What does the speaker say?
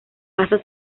pasa